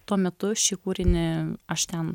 tuo metu šį kūrinį aš ten